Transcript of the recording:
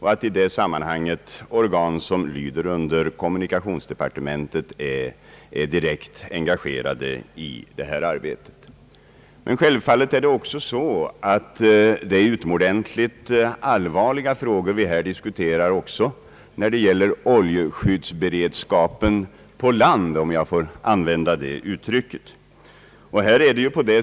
I detta sammanhang är organ som lyder under kommunikationsdepartementet = direkt engagerade i detta arbete. Självfallet är de frågor vi här diskuterar utomordentligt allvarliga också när det gäller oljeskyddsberedskapen på land, om jag får använda det uttrycket.